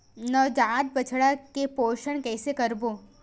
नवजात बछड़ा के पोषण कइसे करबो?